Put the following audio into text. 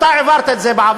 אתה העברת את זה בעבר,